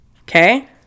Okay